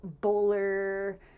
bowler